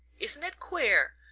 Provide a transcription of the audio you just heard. isn't it queer?